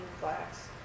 glass